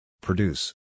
Produce